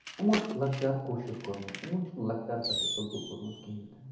یِمو چھُکھ لۄکٔچارٕ کٲشُر کوٚرمُت یِمو چھُنہٕ لۄکچار پٮ۪ٹھٕے اُردو کورمُت کِہینۍ تہِ نہٕ